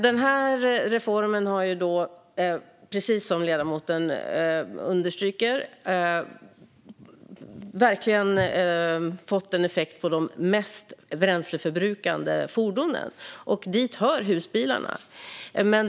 Denna reform har, precis som ledamoten understryker, fått effekt på de mest bränsleförbrukande fordonen, och dit hör husbilarna.